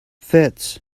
fits